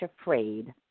Afraid